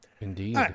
Indeed